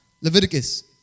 Leviticus